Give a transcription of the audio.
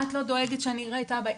את לא דואגת שאראה את אבא,